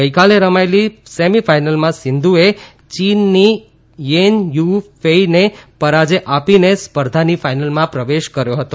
ગઈકાલે રમાયેલી સેમીફાઈનલમાં સીંધુએ ચીનની ચેન યુ ફેઈ ને પરાજય આપીને સ્પર્ધાની ફાઈનલમાં પ્રવેશ કર્યો છે